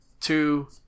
Two